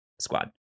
Squad